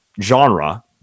genre